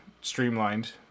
streamlined